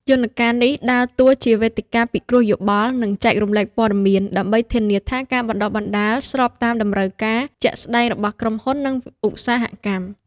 យន្តការនេះដើរតួជាវេទិកាពិគ្រោះយោបល់ និងចែករំលែកព័ត៌មាន ដើម្បីធានាថាការបណ្តុះបណ្តាលស្របតាមតម្រូវការជាក់ស្តែងរបស់ក្រុមហ៊ុន និងឧស្សាហកម្ម។